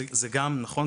זה גם נכון.